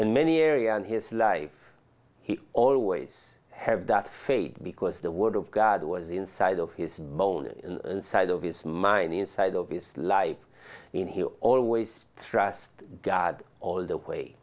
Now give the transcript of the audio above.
many area in his life he always have that faith because the word of god was inside of his bonus inside of his mind inside of its life in he'll always trust god all the way